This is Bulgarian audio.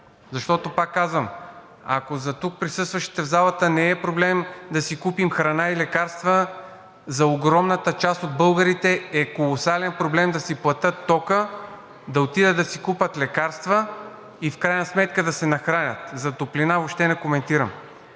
Защото пак казвам: ако за тук присъстващите в залата не е проблем да си купим храна и лекарства, за огромната част от българите е колосален проблем да си платят тока, да отидат да си купят лекарства и в крайна сметка да се нахранят. За топлина въобще не коментирам.